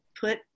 put